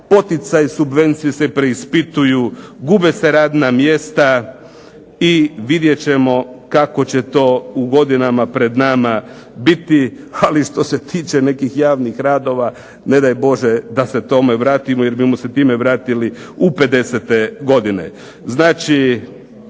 poticaji subvencija se preispituju, gube se radna mjesta i vidjet ćemo kako će to u godinama pred nama biti. Ali što se tiče nekih javnih radova, ne daj Bože da se tome vratimo jer bismo se time vratili u pedesete godine.